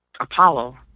Apollo